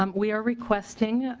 um we are requesting